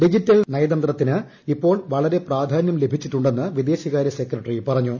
digital നയതന്ത്രത്തിന് ഇപ്പോൾ വളരെ പ്രാധാന്യം ലഭിച്ചിട്ടുണ്ടെന്ന് വിദേശകാര്യ സെക്രട്ടറി പറഞ്ഞു